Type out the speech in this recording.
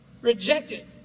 rejected